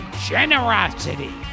generosity